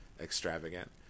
extravagant